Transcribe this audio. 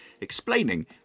explaining